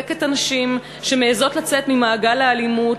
לחזק את הנשים שמעזות לצאת ממעגל האלימות,